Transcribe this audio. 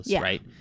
right